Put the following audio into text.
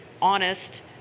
honest